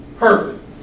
Perfect